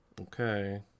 Okay